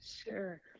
Sure